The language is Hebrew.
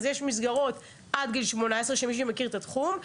אז יש מסגרות עד גיל 18, למי שמכיר את התחום.